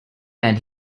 and